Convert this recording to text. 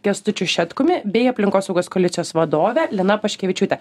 kęstučiu šetkumi bei aplinkosaugos koalicijos vadove lina paškevičiūte